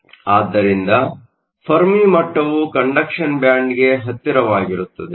ಆದ್ದರಿಂದ ಫೆರ್ಮಿ ಮಟ್ಟವು ಕಂಡಕ್ಷನ್ ಬ್ಯಾಂಡ್ಗೆ ಹತ್ತಿರವಾಗಿರುತ್ತದೆ